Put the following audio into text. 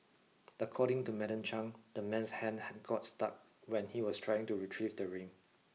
according to Madam Chang the man's hand had got stuck when he was trying to retrieve the ring